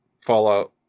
Fallout